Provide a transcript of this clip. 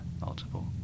multiple